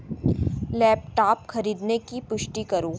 laptop खरीदने की पुष्टि करो